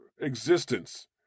existence